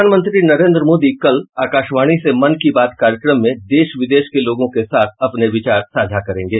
प्रधानमंत्री नरेन्द्र मोदी कल आकाशवाणी से मन की बात कार्यक्रम में देश विदेश के लोगों के साथ अपने विचार साझा करेंगे